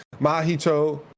Mahito